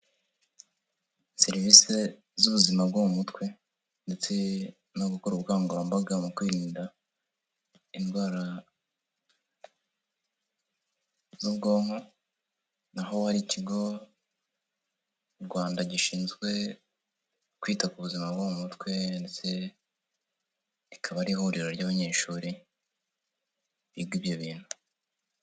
Serivisi z'ubuzima bwo mu mutwe ndetse no gukora ubukangurambaga mu kwirinda indwara z'ubwonko, naho hari ikigo mu Rwanda gishinzwe kwita ku buzima bwo mu mutwe ndetse rikaba ari ihuriro ry'abanyeshuri biga ibyo bintu.